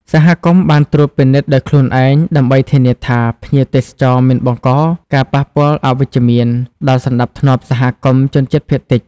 សហគមន៍បានត្រួតពិនិត្យដោយខ្លួនឯងដើម្បីធានាថាភ្ញៀវទេសចរមិនបង្កការប៉ះពាល់អវិជ្ជមានដល់ សណ្តាប់ធ្នាប់សហគមន៍ជនជាតិភាគតិច។